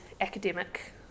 academic